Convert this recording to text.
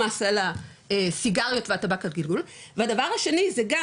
למס על הסיגריות וטבק הגלגול והדבר השני זה גם,